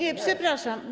Nie, przepraszam.